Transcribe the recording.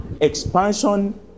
expansion